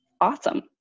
Awesome